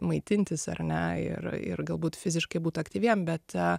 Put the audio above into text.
maitintis ar ne ir ir galbūt fiziškai būt aktyviem bet